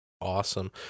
Awesome